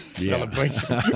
celebration